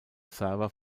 server